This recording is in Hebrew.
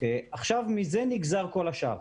מזה נגזר כל השאר.